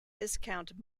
viscount